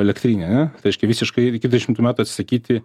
elektrinį ane reiškia visiškai iki trisdešimtų metų atsisakyti